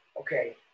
okay